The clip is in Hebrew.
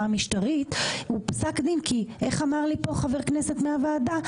המשטרית והוא פסק דין כי איך אמר לי פה חבר כנסת מהוועדה?